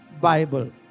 Bible